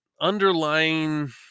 underlying